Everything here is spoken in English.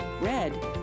red